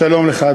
שלום לך,